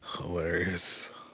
Hilarious